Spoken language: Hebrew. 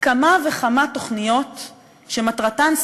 כמה וכמה תוכניות שמטרתן,